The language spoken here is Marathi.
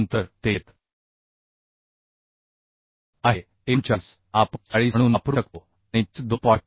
तर ते येत आहे 39 आपण 40 म्हणून वापरू शकतो आणि खेळपट्टी 2